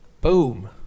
boom